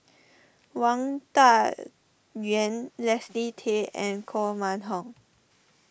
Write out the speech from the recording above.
Wang Dayuan Leslie Tay and Koh Mun Hong